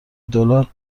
دلار